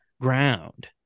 ground